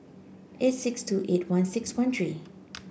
eight six two eight one six one three